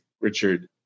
richard